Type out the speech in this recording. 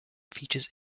features